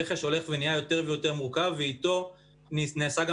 הרכש הולך ונהיה יותר ויותר מורכב ואיתו נעשה גם